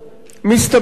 מסתבר,